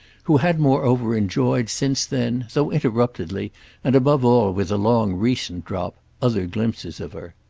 who had moreover enjoyed since then, though interruptedly and above all with a long recent drop, other glimpses of her.